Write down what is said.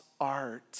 art